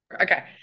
Okay